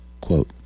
Quote